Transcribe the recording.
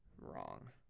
Wrong